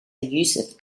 yusuf